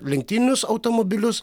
lenktyninius automobilius